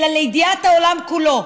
אלא לידיעת העולם כולו.